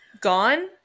gone